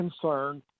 concerned